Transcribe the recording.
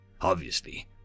obviously